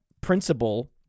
principle